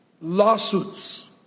Lawsuits